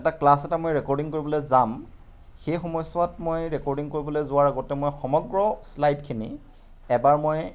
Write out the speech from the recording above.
এটা ক্লাছ এটা ৰেকৰ্ডিং কৰিবলৈ যাম সেই সময়চোৱাত মই ৰেকৰ্ডিং কৰিবলৈ যোৱাৰ আগতে মই সমগ্ৰ শ্লাইডখিনি এবাৰ মই